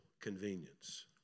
convenience